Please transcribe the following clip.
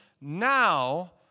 now